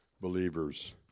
believers